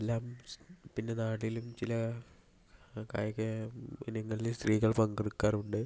എല്ലാം പിന്നെ നാട്ടിലും ചില കായിക ഇനങ്ങളിൽ സ്ത്രീകൾ പങ്കെടുക്കാറുണ്ട്